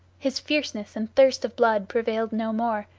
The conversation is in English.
his fierceness and thirst of blood prevailed no more,